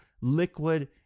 liquid